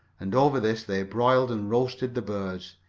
and over this they broiled and roasted the birds,